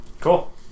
Cool